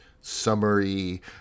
summary